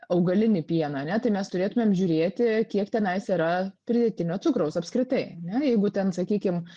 augalinį pieną ane tai mes turėtumėm žiūrėti kiek tenais yra pridėtinio cukraus apskritai ane jeigu ten sakykim